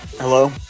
Hello